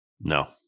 No